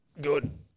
good